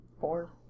Four